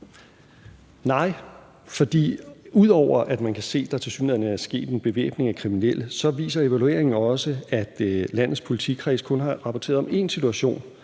Nej, for ud over at man kan se, at der tilsyneladende er sket en bevæbning af kriminelle, viser evalueringen også, at landets politikredse kun har rapporteret om én situation,